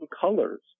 colors